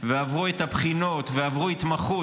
עברו את הבחינות ועברו התמחות.